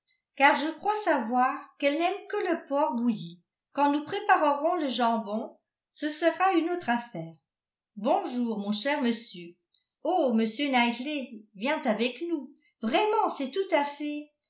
car je crois savoir qu'elle n'aime que le porc bouilli quand nous préparerons le jambon ce sera une autre affaire bonjour mon cher monsieur oh m knightley vient avec nous vraiment c'est tout à fait